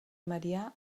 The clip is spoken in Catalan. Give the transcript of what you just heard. marià